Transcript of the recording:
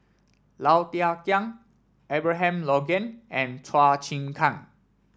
Low Thia Khiang Abraham Logan and Chua Chim Kang